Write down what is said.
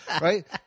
right